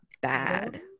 bad